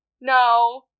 No